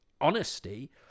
honesty